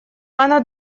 оно